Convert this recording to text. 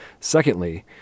Secondly